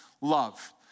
Love